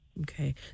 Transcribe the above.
Okay